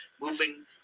moving